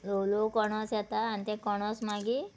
लोवू लोवू कोणोस येता आनी तें कोणोस मागीर